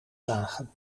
zagen